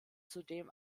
zudem